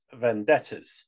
vendettas